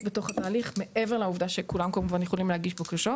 בתוך התהליך מעבר לעובדה שכולם כמובן יכולים להגיש בקשות,